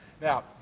Now